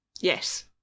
Yes